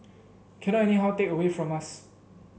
cannot anyhow take away from us